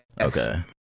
Okay